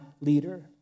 leader